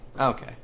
Okay